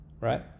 right